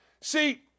See